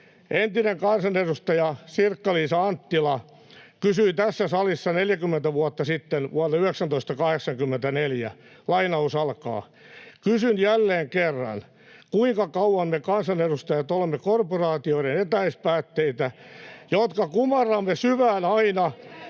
Entinen kansanedustaja Sirkka-Liisa Anttila kysyi tässä salissa 40 vuotta sitten, vuonna 1984: ”Kysyn jälleen kerran, kuinka kauan me kansanedustajat olemme korporaatioiden etäispäätteitä, [Sosiaalidemokraattien ryhmästä: